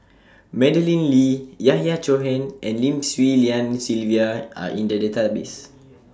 Madeleine Lee Yahya Cohen and Lim Swee Lian Sylvia Are in The Database